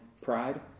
pride